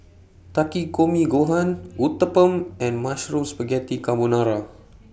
Takikomi Gohan Uthapam and Mushroom Spaghetti Carbonara